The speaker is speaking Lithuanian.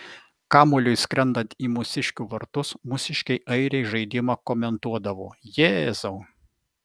kamuoliui skrendant į mūsiškių vartus mūsiškiai airiai žaidimą komentuodavo jėzau